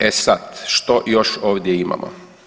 E sad što još ovdje imamo?